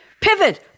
pivot